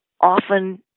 often